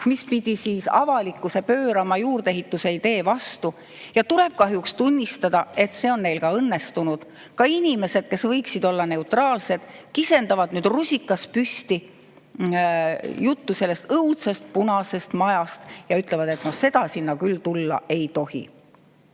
mis pidi avalikkuse pöörama juurdeehituse idee vastu. Ja tuleb kahjuks tunnistada, et see on neil ka õnnestunud. Isegi inimesed, kes võiksid olla neutraalsed, kisendavad nüüd, rusikas püsti, sellest õudsest punasest majast ja ütlevad, et no seda sinna küll tulla ei tohi.